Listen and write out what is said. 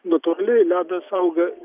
natūraliai ledas auga